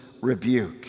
rebuke